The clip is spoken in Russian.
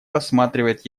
рассматривает